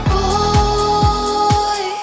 boy